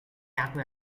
acque